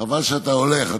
חבל שאתה הולך.